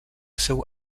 seu